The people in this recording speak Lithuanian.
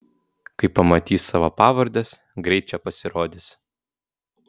kai pamatys savo pavardes greit čia pasirodys